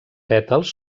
pètals